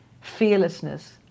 fearlessness